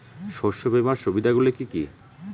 শস্য বিমার সুবিধাগুলি কি কি?